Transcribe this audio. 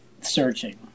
searching